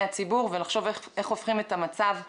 הציבור ולחשוב איך הופכים את המצב לבריא.